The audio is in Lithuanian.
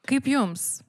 kaip jums